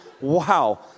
Wow